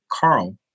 Carl